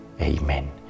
Amen